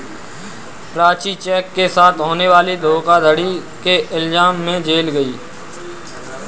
Prachi cheque के साथ होने वाली धोखाधड़ी के इल्जाम में जेल गई